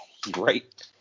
great